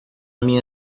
minha